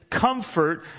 comfort